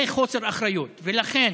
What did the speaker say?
נורא ואיום, זה חוסר אחריות, ולכן